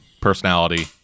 personality